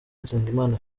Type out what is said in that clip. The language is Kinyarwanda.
nsengimana